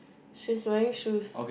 she's wearing shoes